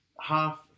half